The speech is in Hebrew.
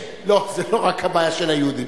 לא, זה לא רק הבעיה של היהודים.